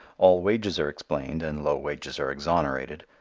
all wages are explained, and low wages are exonerated,